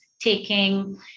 taking